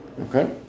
okay